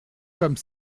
comme